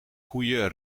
koeien